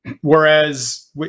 whereas